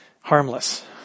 harmless